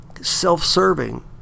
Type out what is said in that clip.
self-serving